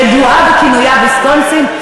היא ידועה בכינוייה ויסקונסין.